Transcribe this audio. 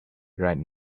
right